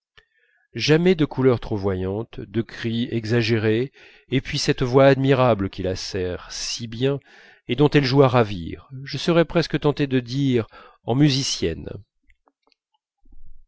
jamais de couleurs trop voyantes de cris exagérés et puis cette voix admirable qui la sert si bien et dont elle joue à ravir je serais presque tenté de dire en musicienne